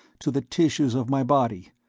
to the tissues of my body.